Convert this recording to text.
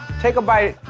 take a bite,